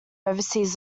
overseas